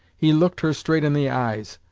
he looked her straight in the eyes,